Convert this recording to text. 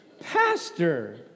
Pastor